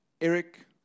Eric